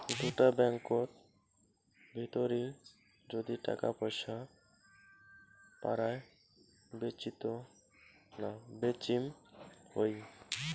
দুটা ব্যাঙ্কত ভিতরি যদি টাকা পয়সা পারায় বেচিম হই